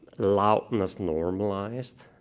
loudness normalized,